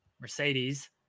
mercedes